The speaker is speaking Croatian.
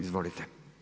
Izvolite.